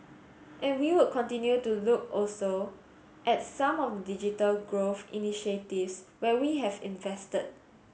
and we would continue to look also at some of the digital growth initiatives where we have invested